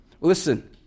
listen